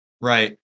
Right